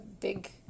big